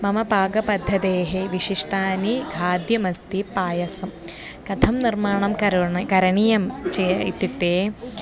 मम पाकपद्धतेः विशिष्टानि खाद्यमस्ति पायसं कथं निर्माणं करोमि करणीयं चेत् इत्युक्ते